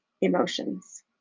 emotions